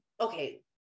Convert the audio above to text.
okay